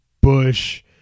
Bush